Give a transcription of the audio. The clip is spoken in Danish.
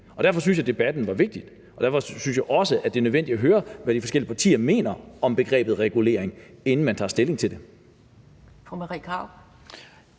Derfor synes jeg, debatten er vigtig, og derfor synes jeg også, det er nødvendigt at høre, hvad de forskellige partier mener om begrebet regulering, inden man tager stilling til det.